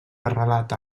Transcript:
arrelat